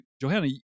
Johanna